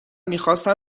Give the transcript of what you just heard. میخواستم